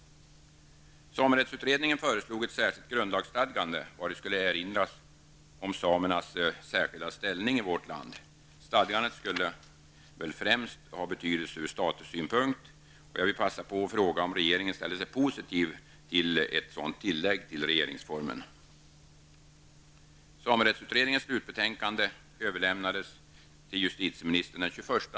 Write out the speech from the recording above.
Samerättsutredningen föreslog ett särskilt grundlagsstadgande, vari skulle erinras om samernas särskilda ställning i vårt land. Stadgandet skulle väl främst ha betydelse ur statussynpunkt, och jag vill passa på att fråga om regeringen ställer sig positiv till ett sådant tillägg till regeringsformen. november i fjol.